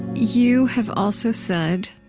you have also said,